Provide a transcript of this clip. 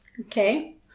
okay